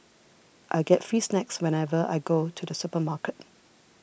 I get free snacks whenever I go to the supermarket